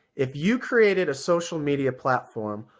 if you created a social media platform,